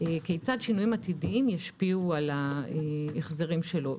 כיצד שינויים עתידיים ישפיעו על ההחזרים שלנו.